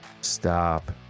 stop